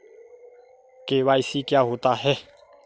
KYC क्या होता है?